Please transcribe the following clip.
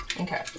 Okay